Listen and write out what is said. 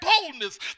boldness